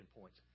points